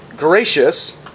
Gracious